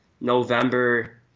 November